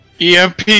EMP